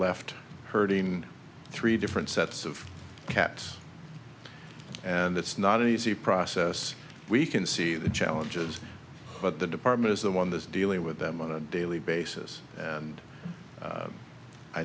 left hurting three different sets of cats and it's not an easy process we can see the challenges but the department is the one that's dealing with them on a daily basis and